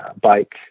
bike